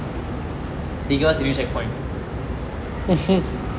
they give us a new checkpoint